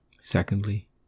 Secondly